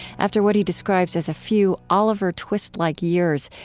after what he describes as a few oliver twist-like years,